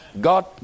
God